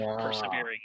persevering